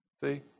See